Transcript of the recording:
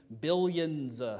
billions